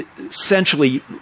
essentially